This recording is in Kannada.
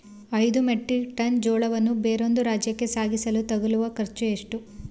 ಐದು ಮೆಟ್ರಿಕ್ ಟನ್ ಜೋಳವನ್ನು ಬೇರೊಂದು ರಾಜ್ಯಕ್ಕೆ ಸಾಗಿಸಲು ತಗಲುವ ಖರ್ಚು ಎಷ್ಟು?